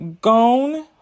Gone